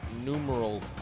numeral